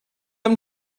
amb